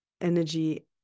energy